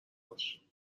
هاش